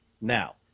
Now